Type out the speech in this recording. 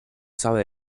sabe